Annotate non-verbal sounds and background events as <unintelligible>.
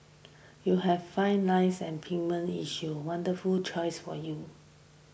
you have fine lines and <unintelligible> issues wonderful choice for you